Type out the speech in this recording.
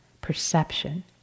perception